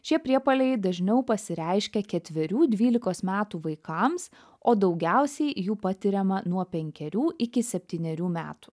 šie priepuoliai dažniau pasireiškia ketverių dvylikos metų vaikams o daugiausiai jų patiriama nuo penkerių iki septynerių metų